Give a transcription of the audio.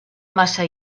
massa